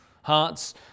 Hearts